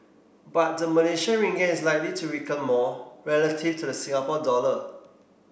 but the Malaysian Ringgit is likely to weaken more relative to the Singapore dollar